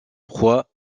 proie